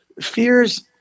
fears